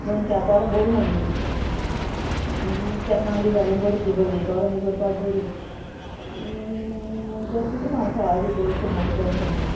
दोनश्या तोर बोरी म्हागेली चेपणां बी घालून बरी ती बल्ली तोर बी करपा बरी ती धरता तुका हांव सोळा भितर शंबर रुपयान शंबर